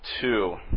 two